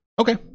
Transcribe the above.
Okay